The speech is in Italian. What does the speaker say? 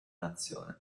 nazione